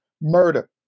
murder